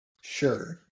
Sure